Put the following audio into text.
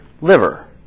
liver